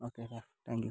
okay sir thank you